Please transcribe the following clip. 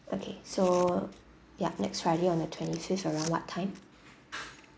okay so yup next friday on the twenty fifth around what time